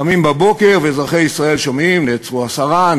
קמים בבוקר ואזרחי ישראל שומעים: נעצרו עשרה,